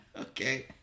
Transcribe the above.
okay